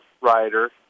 rider